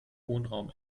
wohnraum